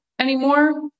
anymore